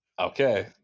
Okay